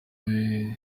nawe